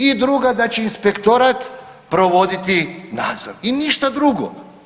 I druga da će inspektorat provoditi nadzor i ništa drugo.